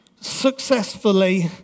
successfully